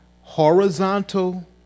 horizontal